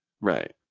Right